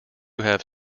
have